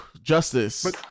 Justice